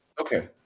Okay